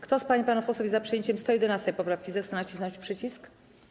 Kto z pań i panów posłów jest za przyjęciem 111. poprawki, zechce nacisnąć przycisk.